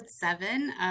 seven